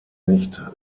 nicht